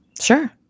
Sure